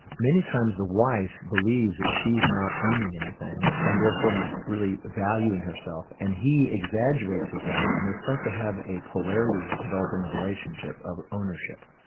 many times the wife believes that she's not earning anything, and therefore not really valuing herself, and he exaggerates his value, and they start to have a polarity develop in the relationship, of ownership.